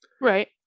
Right